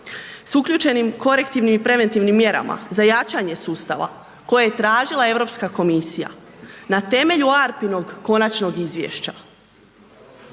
sa uključenim korektivnim i preventivnim mjerama za jačanje sustava koje je tražila Europska komisija na temelju ARPA-inog konačnog izvješća.